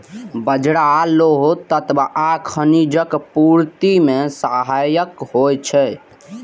बाजरा लौह तत्व आ खनिजक पूर्ति मे सहायक होइ छै